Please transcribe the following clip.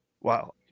Wow